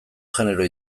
genero